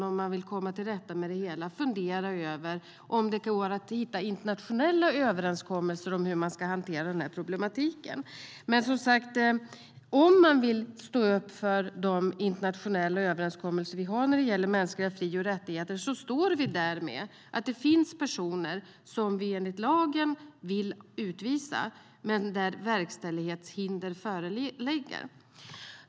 Om man vill komma till rätta med det hela ska man möjligen fundera över om det går att hitta några internationella överenskommelser om hur problematiken ska hanteras. Om man vill stå upp för de internationella överenskommelser som vi har om mänskliga fri och rättigheter finns det ändå personer som vi enligt lagen kan utvisa, men där verkställighetshinder föreligger.